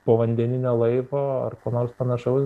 povandeninio laivo ar ko nors panašaus